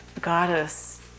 goddess